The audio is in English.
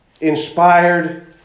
inspired